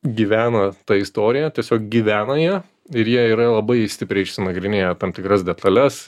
gyvena ta istorija tiesiog gyvena ja ir jie yra labai stipriai išsinagrinėję tam tikras detales